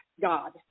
God